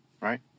Right